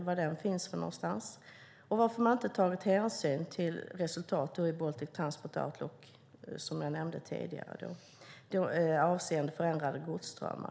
Varför har man inte tagit hänsyn till resultatet i Baltic Transport Outlook, som jag nämnde tidigare, avseende förändrade godsströmmar?